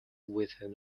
within